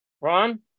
Ron